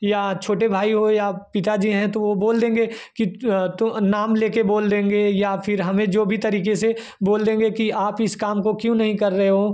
या छोटे भाई हो या पिताजी हैं तो वह बोल देंगे कि तो नाम लेकर बोल देंगे या फ़िर हमें जो भी तरीके से बोल देंगे कि आप इस काम को क्यों नहीं कर रहे हो